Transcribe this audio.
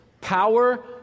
power